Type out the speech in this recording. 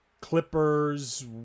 Clippers